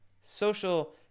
social